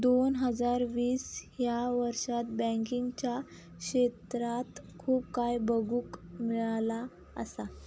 दोन हजार वीस ह्या वर्षात बँकिंगच्या क्षेत्रात खूप काय बघुक मिळाला असा